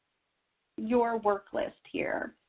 your work list here.